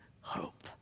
hope